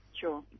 Sure